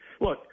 Look